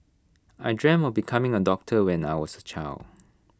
I dreamt of becoming A doctor when I was A child